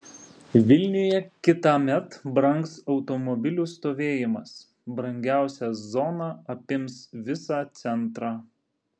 vilniuje kitąmet brangs automobilių stovėjimas brangiausia zona apims visą centrą